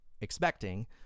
expecting